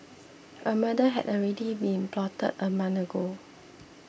a murder had already been plotted a month ago